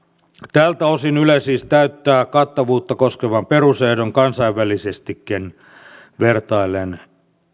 tältä osin yle siis täyttää kattavuutta koskevan perusehdon kansainvälisestikin vertaillen